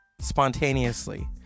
spontaneously